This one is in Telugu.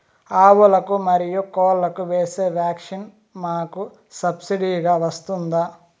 ఆవులకు, మరియు కోళ్లకు వేసే వ్యాక్సిన్ మాకు సబ్సిడి గా వస్తుందా?